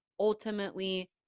Ultimately